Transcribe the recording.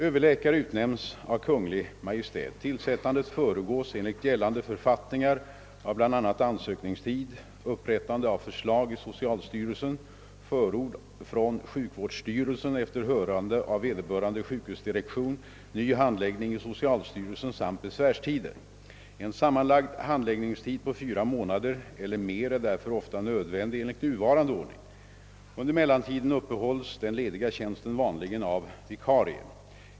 Överläkare utnämns av Kungl. Maj:t. Tillsättandet föregås enligt gällande författningar av bl.a. ansökningstid, upprättande av förslag i socialstyrelsen, förord från sjukvårdsstyrelsen efter hörande av vederbörande sjukhusdirektion, ny handläggning i socialstyrelsen samt besvärstider. En sammanlagd handläggningstid på fyra månader eller mer är därför ofta nödvändig enligt nuvarande ordning. Under mellantiden uppehålls den lediga tjänsten vanligen av vikarie.